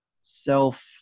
self